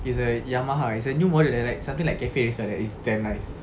is a Yamaha is a new model like something like cafe racer like that it's damn nice